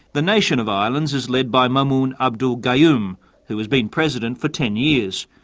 the nation of islands is led by maumoon abdul gayoom who has been president for ten years,